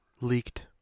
leaked